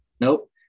Nope